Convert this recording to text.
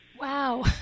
Wow